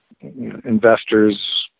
Investors